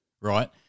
right